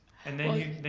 and then you